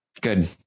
good